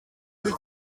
iki